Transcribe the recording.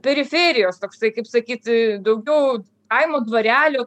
periferijos toksai kaip sakyt daugiau kaimo dvarelio